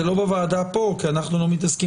זה לא בוועדה פה כי אנחנו לא מתעסקים